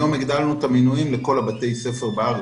היום הגדלנו את המינויים לכל בתי הספר בארץ,